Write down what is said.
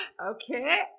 okay